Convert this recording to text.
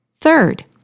Third